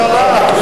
חברת הכנסת זוארץ.